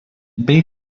bei